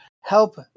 help